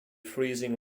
freezing